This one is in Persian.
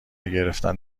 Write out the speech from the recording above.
گرفتن